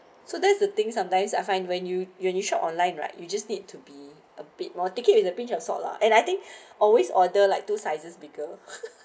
so that's the thing sometimes I find when you you when you shop online right you just need to be a bit more ticket with a pinch of salt lah and I think always order like two sizes bigger